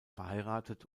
verheiratet